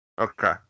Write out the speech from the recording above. Okay